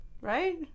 Right